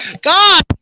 God